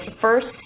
first